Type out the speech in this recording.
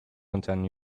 contain